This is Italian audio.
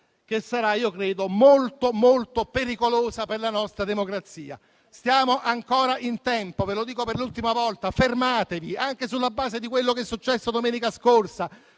che sarà - io credo - molto pericolosa per la nostra democrazia. Siamo ancora in tempo. Ve lo dico per l'ultima volta: fermatevi, anche sulla base di quello che è successo domenica scorsa,